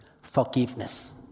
forgiveness